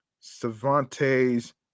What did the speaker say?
Cervantes